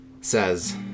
says